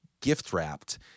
gift-wrapped